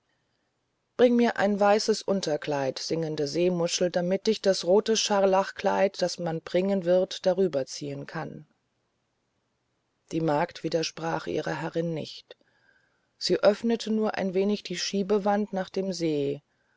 bringe mir ein weißseidenes unterkleid singende seemuschel damit ich das rote scharlachkleid das man mitbringt darüber ziehen kann die magd widersprach ihrer herrin nicht sie öffnete nur ein wenig die schiebewand nach dem see